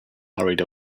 hurried